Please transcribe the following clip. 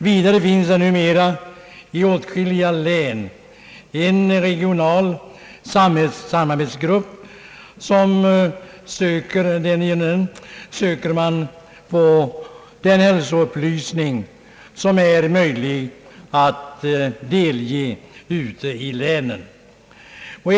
Vidare finns det nu mera i åtskilliga län regionala samarbetsgrupper genom vilka man söker få ut den hälsoupplysning som är möjlig att delge medborgarna på den vägen.